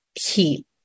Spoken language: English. heat